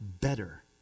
better